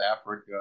africa